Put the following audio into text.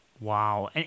Wow